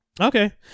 Okay